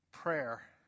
Prayer